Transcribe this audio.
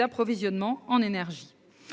approvisionnement en énergie.